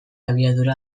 abiadura